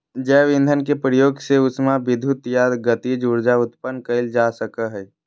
जैव ईंधन के प्रयोग से उष्मा विद्युत या गतिज ऊर्जा उत्पन्न कइल जा सकय हइ